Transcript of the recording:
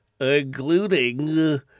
including